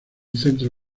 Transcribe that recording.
centro